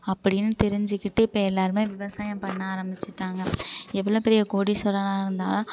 அப்படின்னு தெரிஞ்சுக்கிட்டு இப்போ எல்லோருமே விவசாயம் பண்ண ஆரம்பிச்சுட்டாங்க எவ்வளோ பெரிய கோடிஸ்வரனாக இருந்தாலும்